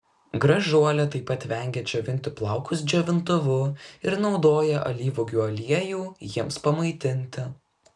gražuolė taip pat vengia džiovinti plaukus džiovintuvu ir naudoja alyvuogių aliejų jiems pamaitinti